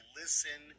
listen